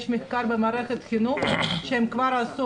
יש מחקר במערכת החינוך שהם כבר עשו,